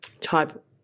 type